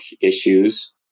issues